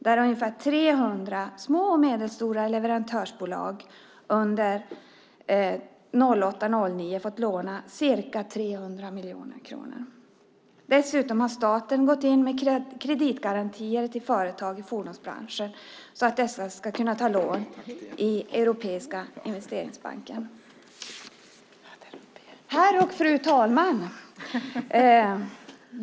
Där har ungefär 300 små och medelstora leverantörsbolag under 2008-2009 fått låna ca 300 miljoner kronor. Dessutom har staten gått in med kreditgarantier till företag i fordonsbranschen så att dessa ska kunna ta lån i Europeiska investeringsbanken. Herr talman!